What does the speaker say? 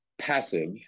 passive